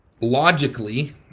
logically